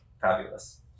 fabulous